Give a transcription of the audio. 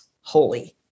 holy